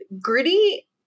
Gritty